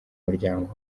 muryango